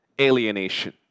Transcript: alienation